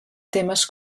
temes